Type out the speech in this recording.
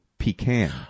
Pecan